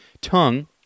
tongue